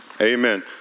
Amen